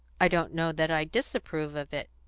i don't know that i disapprove of it.